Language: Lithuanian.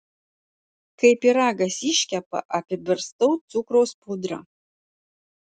kai pyragas iškepa apibarstau cukraus pudra